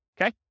Okay